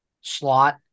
slot